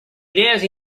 idees